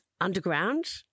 underground